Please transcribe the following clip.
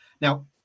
now